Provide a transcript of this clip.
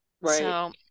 Right